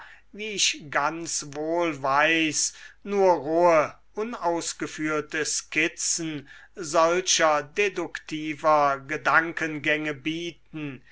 wie ich ganz wohl weiß nur rohe unausgeführte skizzen solcher deduktiver gedankengänge bieten